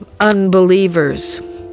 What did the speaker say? unbelievers